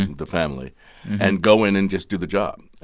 and the family and go in and just do the job.